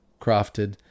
crafted